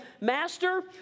Master